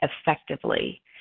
effectively